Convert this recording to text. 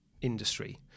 industry